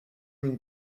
room